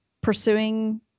pursuing